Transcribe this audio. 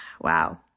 wow